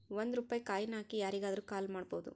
ಒಂದ್ ರೂಪಾಯಿ ಕಾಯಿನ್ ಹಾಕಿ ಯಾರಿಗಾದ್ರೂ ಕಾಲ್ ಮಾಡ್ಬೋದು